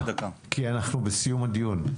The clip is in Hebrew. כי אנחנו בסיום הדיון.